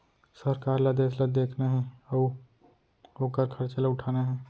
सरकार ल देस ल देखना हे अउ ओकर खरचा ल उठाना हे